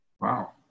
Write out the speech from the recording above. Wow